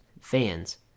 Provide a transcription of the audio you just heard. fans